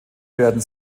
werden